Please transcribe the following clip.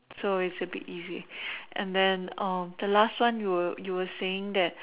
so it's a bit easy and then um the last one you were you were saying that